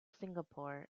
singapore